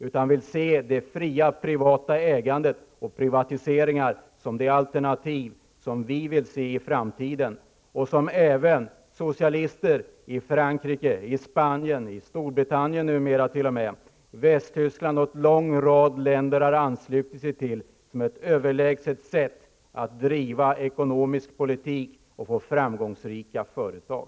Vi vill se det fria privata ägandet och privatiseringar som ett alternativ i framtiden. Även socialister i Frankrike, Spanien, t.o.m. Storbritannien, Västtyskland och en lång rad andra länder har anslutit sig till att detta är ett överlägset sätt att driva ekonomisk politik och få framgångsrika företag.